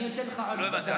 אני אתן לך עוד דקה.